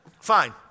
Fine